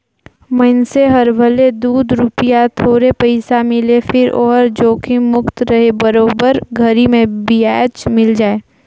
मइनसे हर भले दूई रूपिया थोरहे पइसा मिले फिर ओहर जोखिम मुक्त रहें बरोबर घरी मे बियाज मिल जाय